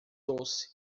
doce